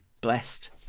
blessed